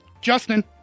Justin